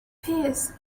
pious